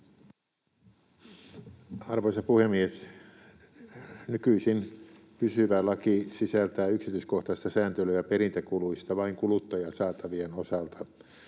Arvoisa puhemies! Nykyisin pysyvä laki sisältää yksityiskohtaista sääntelyä perintäkuluista vain kuluttajasaatavien osalta.